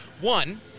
One